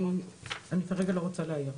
אני כרגע לא רוצה להעיר.